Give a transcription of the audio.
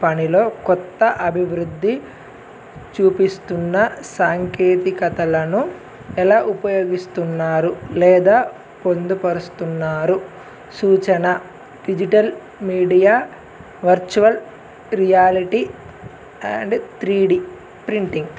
పనిలో కొత్త అభివృద్ధి చూపిస్తున్న సాంకేతికతలను ఎలా ఉపయోగిస్తున్నారు లేదా పొందుపరుస్తున్నారు సూచన digital media virtual reality and three D printing